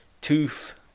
tooth